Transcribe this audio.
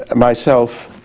and myself